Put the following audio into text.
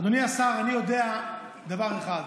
אדוני השר, אני יודע דבר אחד: